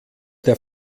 der